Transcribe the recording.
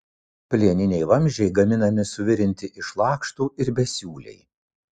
plieniniai vamzdžiai gaminami suvirinti iš lakštų ir besiūliai